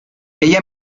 ella